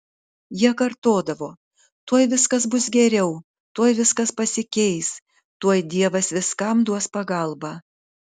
jie kartodavo tuoj viskas bus geriau tuoj viskas pasikeis tuoj dievas viskam duos pagalbą